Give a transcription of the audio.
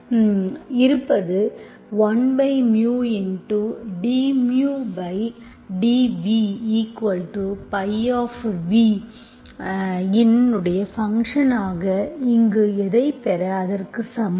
இருப்பது 1dμdvϕ இன் ஃபங்க்ஷன் ஆக இங்கு எதைப் பெற அதற்கு சமம்